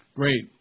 great